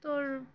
তোর